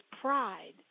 pride